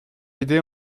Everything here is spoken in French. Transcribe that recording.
aidés